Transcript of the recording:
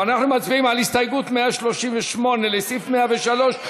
אנחנו מצביעים על הסתייגות 138 לסעיף 103,